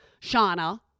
Shauna